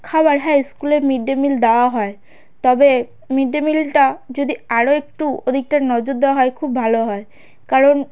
খাওয়ার হ্যাঁ স্কুলে মিড ডে মিল দাওয়া হয় তবে মিড ডে মিলটা যদি আরও একটু ওদিকটা নজর দেওয়া হয় খুব ভালো হয় কারণ